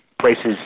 places